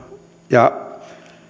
ja